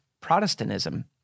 Protestantism